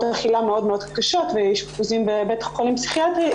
אכילה מאוד קשות ואשפוזים בבית חולים פסיכיאטרי,